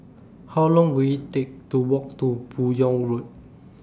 How Long Will IT Take to Walk to Buyong Road